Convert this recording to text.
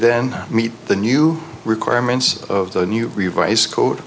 then meet the new requirements of the new revised code